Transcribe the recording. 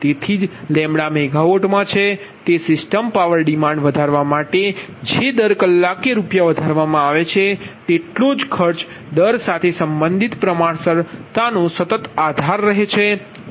તેથી જ મેગાવાટમાં છે તે સિસ્ટમ પાવર ડિમાન્ડ વધારવા માટે જે દર કલાકે રૂપિયા વધારવામાં આવે છે તેટલો જ ખર્ચ દર સાથે સંબંધિત પ્રમાણસર તાનો સતત આધાર છે